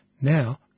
Now